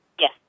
Yes